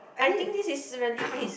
I think this is really is